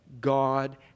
God